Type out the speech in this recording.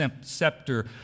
scepter